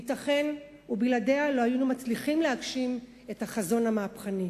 ייתכן שבלעדיה לא היינו מצליחים להגשים את החזון המהפכני.